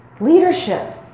leadership